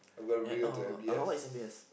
ya oh uh what is M_B_S